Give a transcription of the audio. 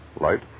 Light